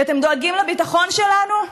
שאתם דואגים לביטחון שלנו?